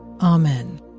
Amen